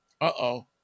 Uh-oh